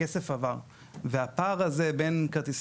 בעולם הפיננסי